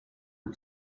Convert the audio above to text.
but